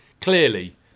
Clearly